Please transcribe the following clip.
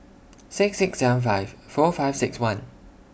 six six seven five four five six one